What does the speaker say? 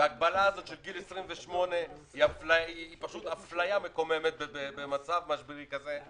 ההגבלה של גיל 28 היא פשוט אפליה מקוממת במצב משברי כזה.